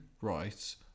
right